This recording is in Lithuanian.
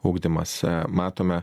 ugdymas matome